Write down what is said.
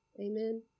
Amen